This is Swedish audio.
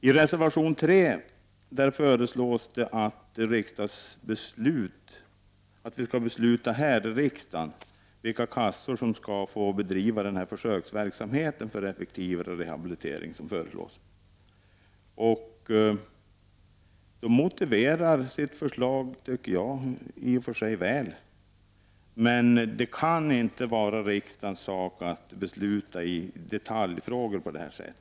I reservation nr 3 föreslås att riksdagen skall besluta om vilka kassor som skall få bedriva den försöksverksamhet för effektivare rehabilitering som föreslås i propositionen. Reservanternas förslag är i och för sig väl motiverade, men det kan inte vara riksdagens uppgift att besluta i detaljfrågor.